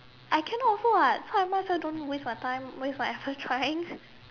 I cannot also what so I might as well don't waste my time waste my effort trying